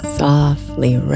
softly